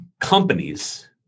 companies